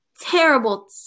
terrible